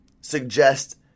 suggest